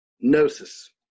Gnosis